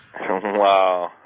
wow